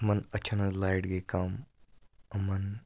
یِمَن أچھَن ہٕنٛز لایٹ گٔے کَم یِمَن